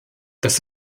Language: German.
das